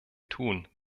tun